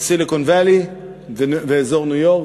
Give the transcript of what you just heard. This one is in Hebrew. הסיליקון וואלי ואזור ניו-יורק,